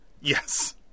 Yes